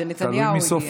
כשנתניהו הגיע.